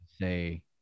say